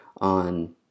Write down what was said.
on